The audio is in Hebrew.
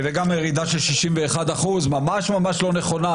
וגם הירידה של 61% ממש ממש לא נכונה,